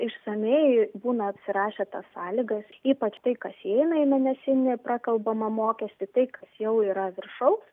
išsamiai būna apsirašę tas sąlygas ypač tai kas įeina į mėnesinį prakalbamą mokestį tai kas jau yra viršaus